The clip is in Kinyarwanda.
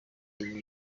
nyuma